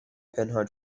پنهان